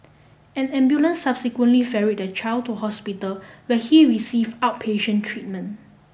an ambulance subsequently ferried the child to hospital where he receive outpatient treatment